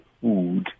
food